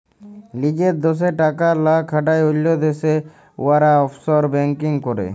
লিজের দ্যাশে টাকা লা খাটায় অল্য দ্যাশে উয়ারা অফশর ব্যাংকিং ক্যরে